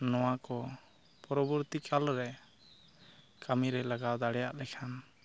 ᱱᱚᱣᱟ ᱠᱚ ᱯᱚᱨᱚᱵᱚᱨᱛᱤᱠᱟᱞ ᱨᱮ ᱠᱟᱹᱢᱤᱨᱮ ᱞᱟᱜᱟᱣ ᱫᱟᱲᱮᱭᱟᱜᱼᱟ ᱞᱮᱠᱷᱟᱱ